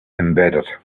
embedded